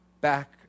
back